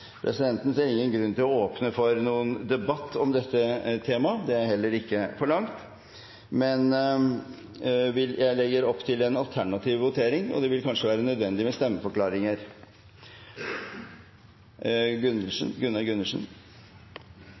Presidenten ser ingen grunn til å åpne for en debatt om dette temaet, og det er heller ikke blitt forlangt, men jeg legger opp til en alternativ votering, og det vil kanskje være nødvendig med stemmeforklaringer.